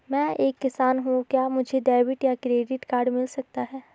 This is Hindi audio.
मैं एक किसान हूँ क्या मुझे डेबिट या क्रेडिट कार्ड मिल सकता है?